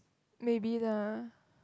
maybe lah